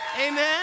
amen